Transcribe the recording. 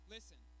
Listen